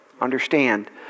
Understand